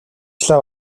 лав